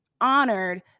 honored